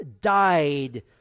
died